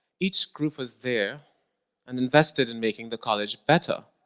each group was there and invested in making the college better.